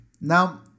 now